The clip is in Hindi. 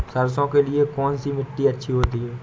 सरसो के लिए कौन सी मिट्टी अच्छी होती है?